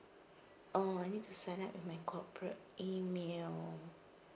oh I need to sign up with my corporate email